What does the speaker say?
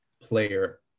player